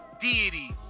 deities